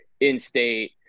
in-state